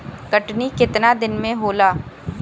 कटनी केतना दिन मे होला?